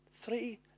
three